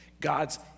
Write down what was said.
God's